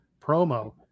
promo